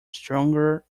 stronger